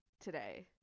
today